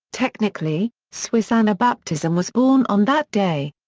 technically, swiss anabaptism was born on that day.